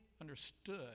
understood